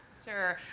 sure,